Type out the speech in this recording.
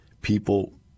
people